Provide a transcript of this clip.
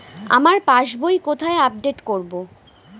আমার passbook কোথায় update করব?